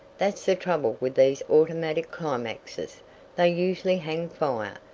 that's the trouble with these automatic climaxes they usually hang fire.